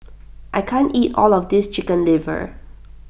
I can't eat all of this Chicken Liver